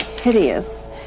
hideous